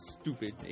stupid